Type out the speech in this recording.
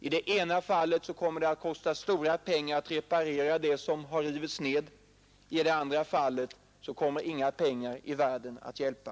I det ena fallet kommer det att kosta stora pengar att reparera det som har rivits ned, i det andra fallet kommer inga pengar i världen att hjälpa.